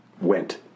went